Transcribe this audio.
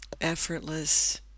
effortless